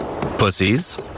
Pussies